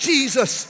Jesus